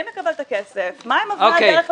כמה רשויות?